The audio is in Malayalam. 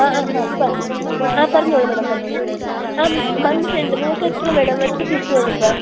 ആ ആ പറ ആ പറഞ്ഞോളു മാഡം പറഞ്ഞോളൂ ആ വന്നിട്ടുണ്ട് നിങ്ങൾക്ക് എത്ര വേണം എത്ര പീസ് വേണം ഇപ്പോൾ